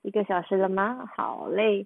一个小时了吗好累